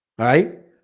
right